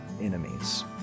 enemies